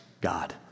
God